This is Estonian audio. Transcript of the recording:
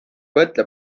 mõtle